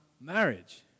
marriage